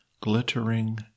glittering